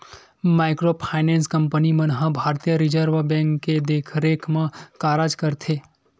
micro finance company मन ह भारतीय रिजर्व बेंक के देखरेख म कारज करथे